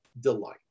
delight